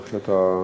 איך שאתה רוצה.